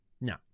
No